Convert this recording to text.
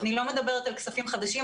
אני לא מדברת על כספים חדשים.